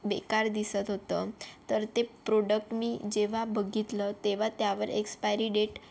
बेकार दिसत होतं तर ते प्रोडक्ट मी जेव्हा बघितलं तेव्हा त्यावर एक्सपायरी डेट